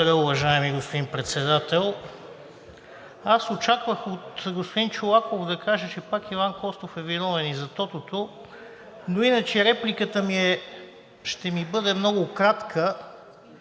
Благодаря, уважаеми господин Председател. Аз очаквах от господин Чолаков да каже, че пак Иван Костов е виновен и за тотото, но иначе репликата ми ще бъде много кратка.